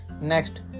Next